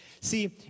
See